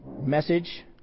message